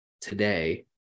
today